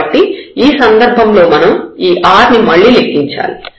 కాబట్టి ఈ సందర్భంలో మనం ఈ r ని మళ్ళీ లెక్కించాలి